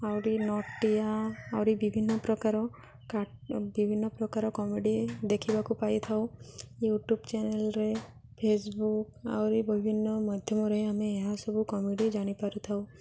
ଆହୁରି ନଟିଆ ଆହୁରି ବିଭିନ୍ନ ପ୍ରକାର ବିଭିନ୍ନ ପ୍ରକାର କମେଡ଼ି ଦେଖିବାକୁ ପାଇ ଥାଉ ୟୁଟ୍ୟୁବ୍ ଚ୍ୟାନେଲ୍ରେ ଫେସବୁକ୍ ଆହୁରି ବିଭିନ୍ନ ମାଧ୍ୟମରେ ଆମେ ଏହାସବୁ କମେଡ଼ି ଜାଣିପାରୁଥାଉ